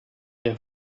der